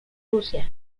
rusia